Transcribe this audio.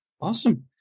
Awesome